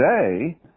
today